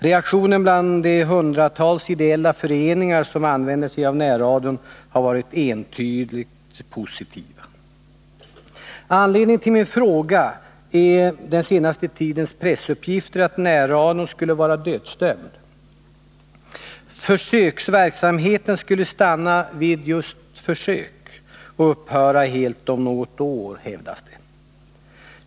Reaktionen bland de hundratals ideella föreningar som använder sig av närradion har varit entydigt positiv. Anledningen till min fråga är den senaste tidens pressuppgifter att närradion skulle vara dödsdömd. Försöksverksamheten skulle stanna vid just försök och upphöra helt om något år, hävdas det.